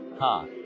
ha